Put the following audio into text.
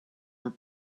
her